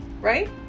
right